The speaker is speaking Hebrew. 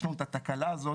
יש לנו את התקלה הזאת,